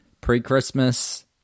Pre-Christmas